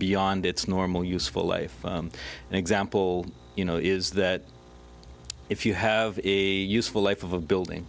beyond its normal useful life example you know is that if you have a useful life of a building